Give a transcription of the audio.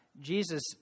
jesus